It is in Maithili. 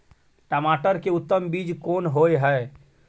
टमाटर के उत्तम बीज कोन होय है?